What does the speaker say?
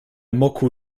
moku